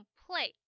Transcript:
play，